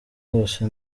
hose